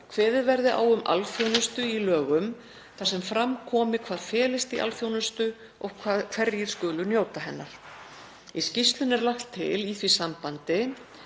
kveðið verði á um alþjónustu í lögum þar sem fram komi hvað felist í alþjónustu og hverjir skuli njóta hennar. Í skýrslunni er lagt til að í því sambandi